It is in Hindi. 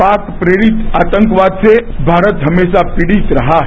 पाक पीड़ित आतंकवाद से भारत हमेशा पीड़ित रहा है